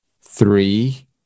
Three